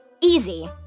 Easy